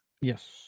Yes